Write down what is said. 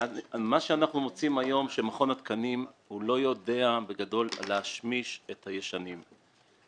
מה שאנחנו מוצאים שהיון מכון התקנים לא יודע להשמיש את הפיגומים הישנים.